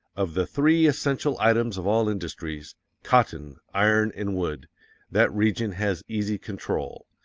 of the three essential items of all industries cotton, iron and wood that region has easy control.